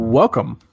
welcome